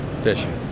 fishing